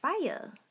fire